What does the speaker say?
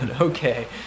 okay